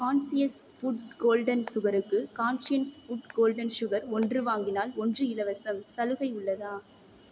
conscious food golden சுகருக்கு conscience food golden sugar ஒன்று வாங்கினால் ஒன்று இலவசம் சலுகை உள்ளதா